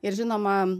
ir žinoma